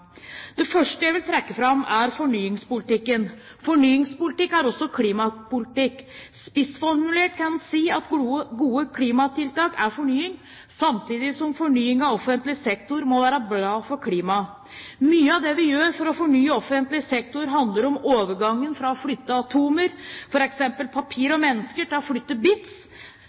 Det første jeg vil trekke fram, er fornyingspolitikken. Fornyingspolitikk er også klimapolitikk. Spissformulert kan man si at gode klimatiltak er fornying, samtidig som fornying av offentlig sektor, må være bra for klimaet. Mye av det vi gjør for å fornye offentlig sektor, handler om overgangen fra å flytte atomer, f.eks. papir og mennesker, til å flytte bits,